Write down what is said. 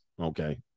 Okay